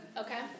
Okay